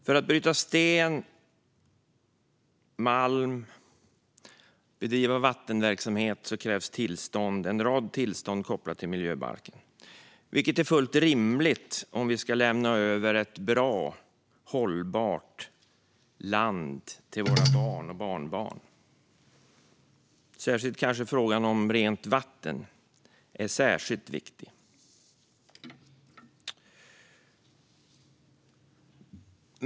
För att bryta sten och malm eller bedriva vattenverksamhet krävs en rad tillstånd kopplade till miljöbalken, vilket är fullt rimligt om vi ska kunna lämna över ett bra, hållbart land till våra barn och barnbarn. Frågan om rent vatten är kanske särskilt viktig.